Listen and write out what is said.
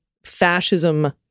fascism